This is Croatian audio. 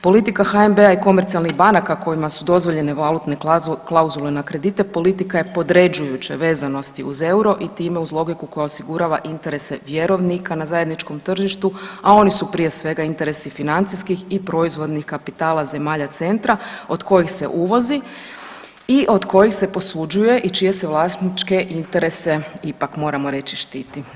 Politika HNB-a i komercionalnih banaka kojima su dozvoljene valutne klauzule na kredite politika je podređujuće vezanosti uz EUR-o i time uz logiku koja osigurava interese vjerovnika na zajedničkom tržištu, a oni su prije svega interesi financijskih i proizvodnih kapitala zemalja centra, od kojih se uvozi i od kojih se posuđuje i čije se vlasničke interese ipak moramo reći štiti.